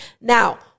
Now